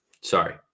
Sorry